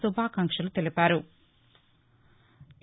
శుభాకాంక్షలు తెలిపారు